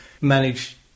manage